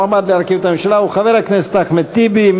המועמד להרכיב את הממשלה הוא חבר הכנסת אחמד טיבי.